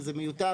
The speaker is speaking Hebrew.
זה מיותר.